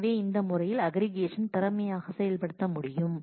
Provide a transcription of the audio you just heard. எனவே இந்த முறையில் அஃகிரிகேஷன் திறமையாக செயல்படுத்த முடியும்